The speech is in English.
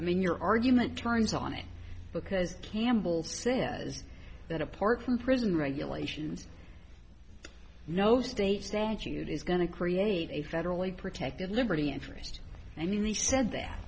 then your argument turns on it because campbell says that apart from prison regulations no state statute is going to create a federally protected liberty interest and we said that